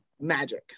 magic